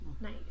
Nice